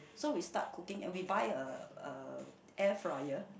so we start cooking and we buy a a air fryer